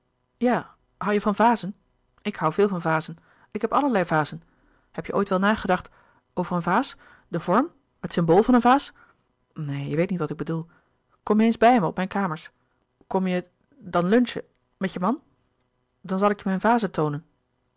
ja hoû je van vazen ik hoû veel van vazen ik heb allerlei vazen heb je louis couperus de boeken der kleine zielen ooit wel nagedacht over een vaas den vorm het symbool van een vaas neen je weet niet wat ik bedoel kom je eens bij me op mijn kamers kom je dan lunchen met je man dan zal ik je mijn vazen toonen